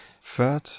third